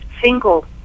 single